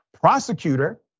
prosecutor